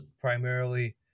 primarily